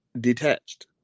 detached